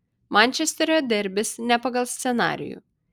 mančesterio derbis ne pagal scenarijų